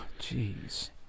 Jeez